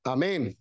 Amen